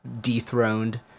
dethroned